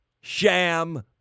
sham